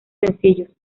sencillos